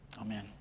Amen